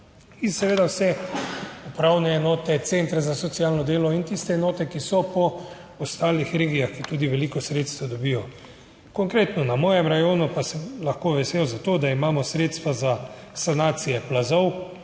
in seveda vse upravne enote, centre za socialno delo in tiste enote, ki so po ostalih regijah, ki tudi veliko sredstev dobijo. Konkretno na mojem rajonu pa sem lahko vesel za to, da imamo sredstva za **144.